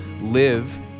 live